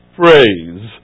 phrase